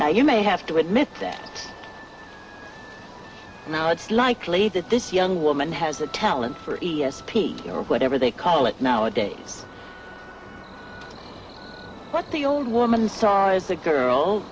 now you may have to admit that now it's likely that this young woman has a talent for e s p or whatever they call it nowadays but the old woman saw as the girl